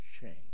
change